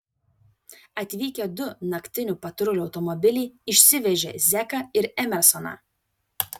atvykę du naktinių patrulių automobiliai išsivežė zeką ir emersoną